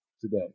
today